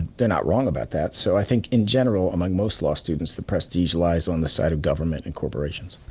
they're not wrong about that. so i think, in general, among most law students, the prestige lies on the side of government and corporations.